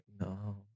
no